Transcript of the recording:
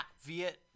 Vietnam